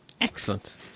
Excellent